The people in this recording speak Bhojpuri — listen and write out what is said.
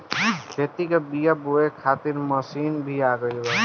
खेत में बीआ बोए खातिर मशीन भी आ गईल बा